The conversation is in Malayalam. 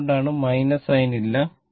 അതുകൊണ്ടാണ് sin ഇല്ല